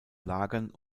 lagern